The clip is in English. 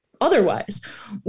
Otherwise